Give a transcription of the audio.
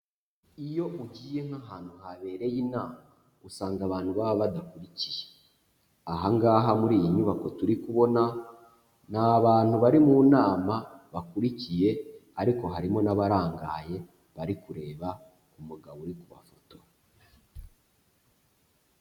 Iyo ugiye nk'ahantu habereye inama usanga abantu baba badakurikiye, aha ngaha muri iyi nyubako turi kubona, ni abantu bari mu nama bakurikiye ariko harimo n'abarangaye bari kureba umugabo uri ku mafoto.